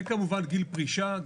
וכמובן גיל פרישה.